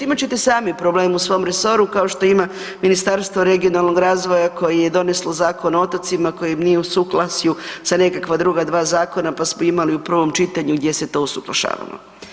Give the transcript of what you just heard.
Imat ćete sami problem u svom resoru kao što ima Ministarstvo regionalnog razvoja koje je doneslo Zakon o otocima koji im nije u suglasju sa nekakva druga dva zakona pa smo imali u prvom čitanju gdje se to usuglašavamo.